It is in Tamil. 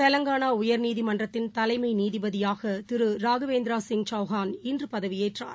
தெலங்கானாஉயர்நீதிமன்றத்தின் தலைமைநீதிபதியாகதிருராகவேந்திராசிங் சௌஹான் இன்றுபதவியேற்றார்